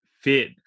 fit